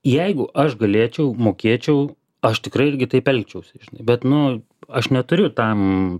jeigu aš galėčiau mokėčiau aš tikrai irgi taip elgčiausi žinai bet nu aš neturiu tam